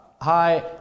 hi